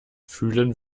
fühlen